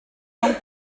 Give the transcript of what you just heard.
zong